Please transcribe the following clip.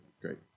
Great